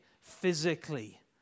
physically